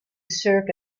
served